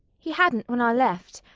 he hadn't when i left.